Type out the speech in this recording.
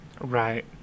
Right